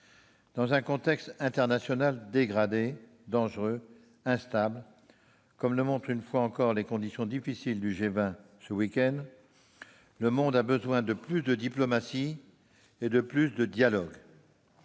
Dans un contexte international dégradé, dangereux, instable, comme le montrent une fois encore les conditions du G20 ce week-end, le monde a besoin de plus de diplomatie et de plus de dialogue.